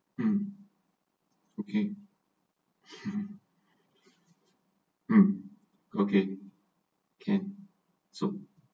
mm okay mm okay can so